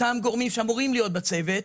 אותם גורמים שאמורים להיות בצוות,